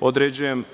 određujem